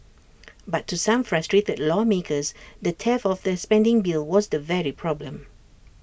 but to some frustrated lawmakers the heft of the spending bill was the very problem